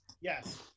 yes